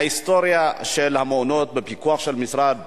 ההיסטוריה של המעונות בפיקוח של משרד